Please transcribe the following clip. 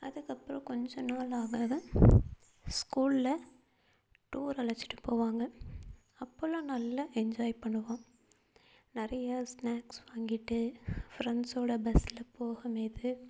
அதுக்கப்புறோம் கொஞ்ச நாள் ஆனால் தான் ஸ்கூலில் டூர் அழைச்சிட்டு போவாங்க அப்போலாம் நல்லா என்ஜாய் பண்ணுவோம் நிறையா ஸ்னாக்ஸ் வாங்கிட்டு ஃப்ரெண்ட்ஸோடய பஸ்ஸில் போகும் போது